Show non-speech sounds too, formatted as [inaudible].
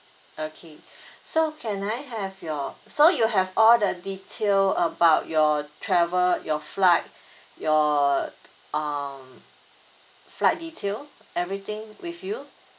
okay [breath] so can I have your so you have all the detail about your travel your flight your um flight detail everything with you